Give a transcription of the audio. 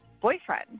boyfriend